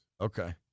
Okay